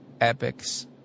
epics